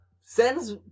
sends